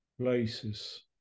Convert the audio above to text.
places